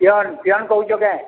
peon peon କହୁଛ କାଏଁ